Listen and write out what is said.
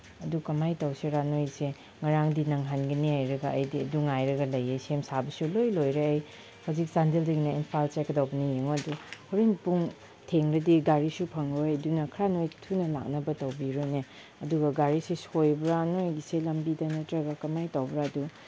ꯑꯗꯨ ꯀꯃꯥꯏꯅ ꯇꯧꯁꯤꯔ ꯅꯣꯏꯁꯦ ꯉꯔꯥꯡꯗꯤ ꯅꯪꯍꯟꯒꯅꯤ ꯍꯥꯏꯔꯒ ꯑꯩꯗꯤ ꯑꯗꯨ ꯉꯥꯏꯔꯒ ꯂꯩꯌꯦ ꯁꯦꯝ ꯁꯥꯕꯁꯨ ꯂꯣꯏꯅ ꯂꯣꯏꯔꯦ ꯑꯩ ꯍꯧꯖꯤꯛ ꯆꯥꯟꯗꯦꯜꯗꯒꯤꯅ ꯏꯝꯐꯥꯜ ꯆꯠꯀꯗꯧꯕꯅꯤ ꯌꯦꯡꯉꯨ ꯑꯗꯨ ꯍꯣꯔꯦꯟ ꯄꯨꯡ ꯊꯦꯡꯂꯗꯤ ꯒꯥꯔꯤꯁꯨ ꯐꯪꯉꯣꯏ ꯑꯗꯨꯅ ꯈꯔ ꯅꯣꯏ ꯊꯨꯅ ꯂꯥꯛꯅꯕ ꯇꯧꯕꯤꯔꯣꯅꯦ ꯑꯗꯨꯒ ꯒꯥꯔꯤꯁꯤ ꯁꯣꯏꯕ꯭ꯔ ꯅꯣꯏꯒꯤꯁꯦ ꯂꯝꯕꯤꯗ ꯅꯠꯇ꯭ꯔꯒ ꯀꯃꯥꯏꯅ ꯇꯧꯕ꯭ꯔ ꯑꯗꯨ